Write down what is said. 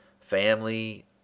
family